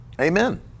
Amen